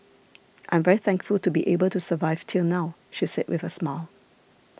I am very thankful to be able to survive till now she said with a smile